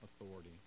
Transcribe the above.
authority